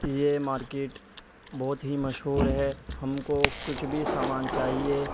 یہ مارکیٹ بہت ہی مشہور ہے ہم کو کچھ بھی سامان چاہیے